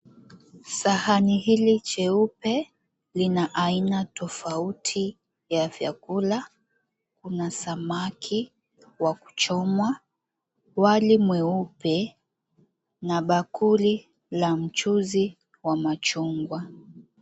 Sahani hili cheupe lina aina tofauti ya vyakula. Kuna samaki wa kuchomwa, wali mweupe na bakuli la mchuzi wa machungwa.